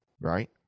Right